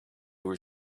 were